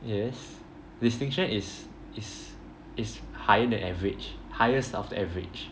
yes distinction is is is higher than average highest of the average